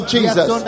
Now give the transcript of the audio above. Jesus